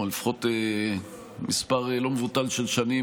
או לפחות מספר לא מבוטל של שנים,